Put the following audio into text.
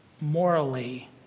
Morally